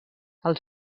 els